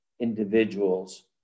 individuals